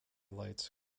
lights